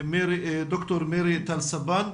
בוקר טוב.